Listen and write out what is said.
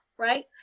Right